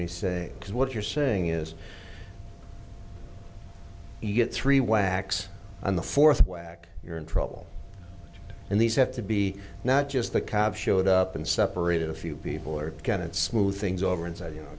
we say because what you're saying is you get three whacks on the fourth whack you're in trouble and these have to be not just the cops showed up and separated a few people or get it smoothed things over and said you know